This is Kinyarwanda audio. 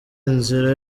inzira